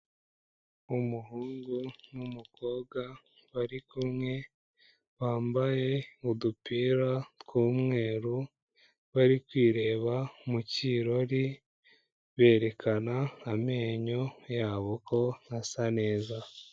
Umuhungu n'umukobwa bari kumwe bambaye udupira tw'umweru bari kwireba mu kirori, berekana amenyo yabo ko asa neza.